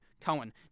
Cohen